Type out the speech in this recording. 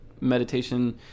meditation